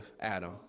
Adam